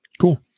Cool